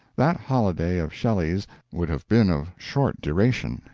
that holiday of shelley's would have been of short duration,